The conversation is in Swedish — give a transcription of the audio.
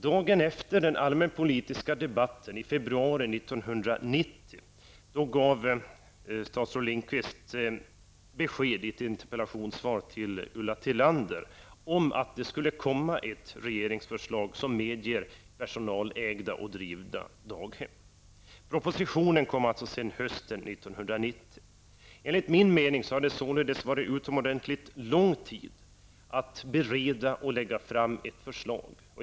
Dagen efter den allmänpolitiska debatten i februari 1990 gav statsrådet Lindqvist besked i ett interpellationssvar till Ulla Tillander om att det skulle komma ett regeringsförslag som medgav personalägda och personaldrivna daghem. Propositionen kom sedan på hösten 1990. Det har enligt min mening tagit utomordentligt lång tid att bereda och lägga fram ett förslag.